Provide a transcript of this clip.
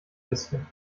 bisschen